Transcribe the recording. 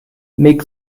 make